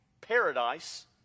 paradise